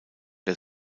der